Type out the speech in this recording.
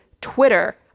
Twitter